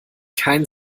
kein